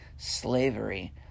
slavery